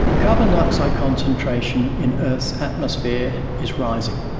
carbon dioxide concentration in earth's atmosphere is rising.